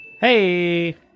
Hey